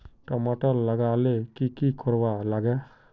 टमाटर लगा ले की की कोर वा लागे?